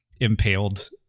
impaled